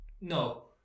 no